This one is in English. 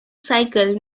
cycle